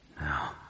Now